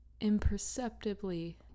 imperceptibly